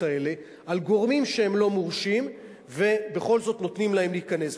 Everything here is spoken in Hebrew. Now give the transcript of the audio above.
האלה על גורמים שהם לא מורשים ובכל זאת נותנים להם להיכנס.